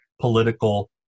political